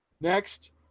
Next